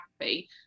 happy